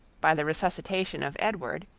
by the resuscitation of edward,